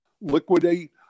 liquidate